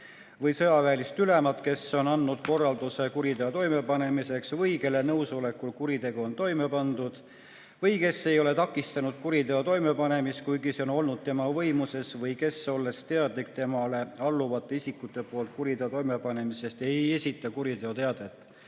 või sõjaväelist ülemat, kes on andnud korralduse kuriteo toimepanemiseks või kelle nõusolekul kuritegu on toime pandud või kes ei ole takistanud kuriteo toimepanemist, kuigi see on olnud tema võimuses, või kes, olles teadlik temale alluvate isikute poolt kuriteo toimepanemisest, ei esita kuriteoteadet."